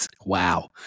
Wow